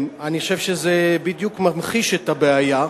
אני חושב שזה בדיוק ממחיש את הבעיה.